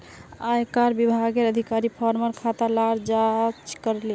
आयेकर विभागेर अधिकारी फार्मर खाता लार जांच करले